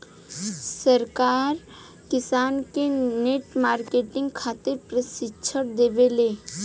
सरकार किसान के नेट मार्केटिंग खातिर प्रक्षिक्षण देबेले?